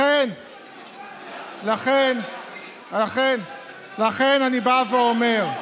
לכן אני אומר,